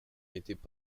n’étaient